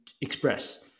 express